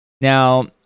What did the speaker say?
Now